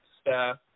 staff